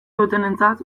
dutenarentzat